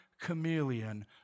chameleon